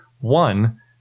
One